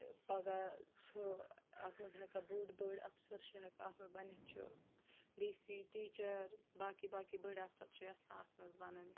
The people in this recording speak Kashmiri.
پَگاہ چھُ اَتھ منٛز ہیٚکان بٔڑ بٔڑۍ اَفسَر چھِ ہیٚکان اَتھ منٛز بَنِتھ چھُ ڈی سی ٹیٖچَر باقٕے باقٕے بٔڑۍ اَفسَر چھِ یَژھان اَتھ منٛز بَنٕنۍ